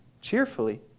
Cheerfully